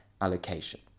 allocation